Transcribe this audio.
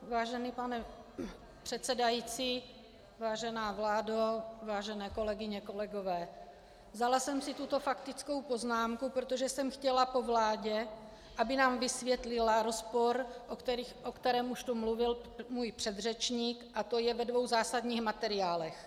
Vážený pane předsedající, vážená vládo, vážené kolegyně, kolegové, vzala jsem si tuto faktickou poznámku, protože jsem chtěla po vládě, aby nám vysvětlila rozpor, o kterém už tu mluvil můj předřečník, a to je ve dvou zásadních materiálech.